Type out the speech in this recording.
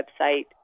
website